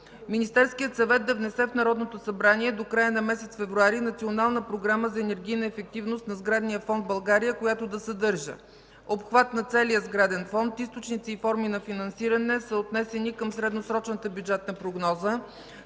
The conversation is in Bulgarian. Министерският съвет да внесе в Народното събрание до края на месец февруари Национална програма за енергийна ефективност на сградния фонд в България, която да съдържа: - обхват на целия сграден фонд; - източници и форми за финансиране, съотнесени към средносрочната бюджетна прогноза;